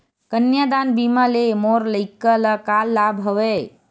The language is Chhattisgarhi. कन्यादान बीमा ले मोर लइका ल का लाभ हवय?